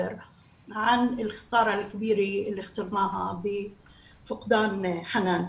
ההפסד הגדול שלנו לאחר הליכתה של חנאן,